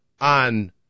on